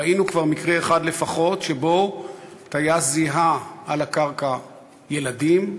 ראינו כבר מקרה אחד לפחות שבו טייס זיהה על הקרקע ילדים,